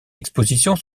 expositions